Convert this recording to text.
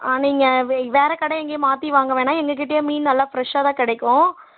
நீங்கள் வேறு கடை எங்கேயும் மாற்றி வாங்க வேணாம் எங்கக்கிட்டேயே மீன் நல்லா ஃப்ரஷ்ஷாக தான் கிடைக்கும்